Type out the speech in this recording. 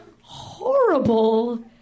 horrible